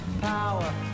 power